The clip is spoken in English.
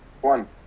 one